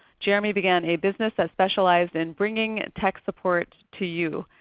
jeremy began a business that specialized in bringing tech support to you.